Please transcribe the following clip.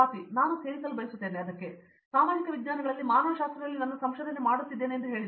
ಸ್ವಾತಿ ನಾನು ಅದನ್ನು ಸೇರಿಸಲು ಬಯಸುತ್ತೇನೆ ಈಗ ನಾನು ಸಾಮಾಜಿಕ ವಿಜ್ಞಾನಗಳಲ್ಲಿ ಮಾನವಶಾಸ್ತ್ರದಲ್ಲಿ ನನ್ನ ಸಂಶೋಧನೆ ಮಾಡುತ್ತಿದ್ದೇನೆ ಎಂದು ಹೇಳಿದೆ